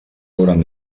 hauran